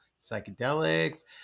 psychedelics